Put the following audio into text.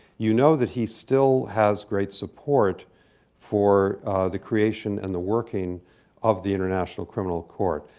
you know that he still has great support for the creation and the working of the international criminal court.